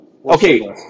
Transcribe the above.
okay